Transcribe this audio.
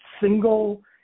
single